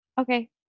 Okay